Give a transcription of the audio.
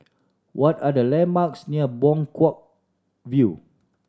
what are the landmarks near Buangkok View